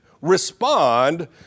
respond